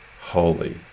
holy